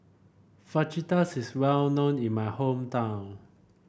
fajitas is well known in my hometown